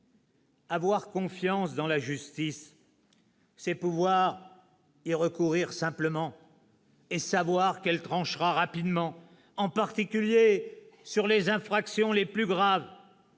Avoir confiance dans la justice, c'est pouvoir y recourir simplement et savoir qu'elle tranchera rapidement, en particulier sur les infractions les plus graves